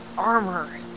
armor